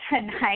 tonight